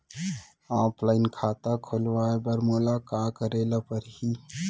Offline खाता खोलवाय बर मोला का करे ल परही?